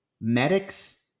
medics